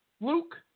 Luke